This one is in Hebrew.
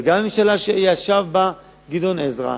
וגם בממשלה שישב בה גדעון עזרא,